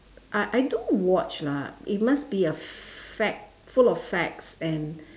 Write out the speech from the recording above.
uh I do watch lah it must be a fact full of facts and